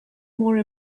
more